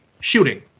shooting